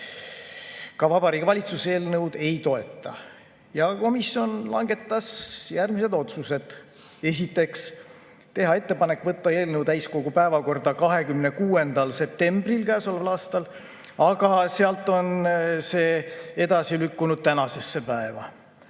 Vabariigi Valitsus eelnõu ei toeta. Komisjon langetas järgmised otsused. Esiteks, teha ettepanek võtta eelnõu täiskogu päevakorda 26. septembril käesoleval aastal, aga sealt on see lükkunud tänasesse päeva.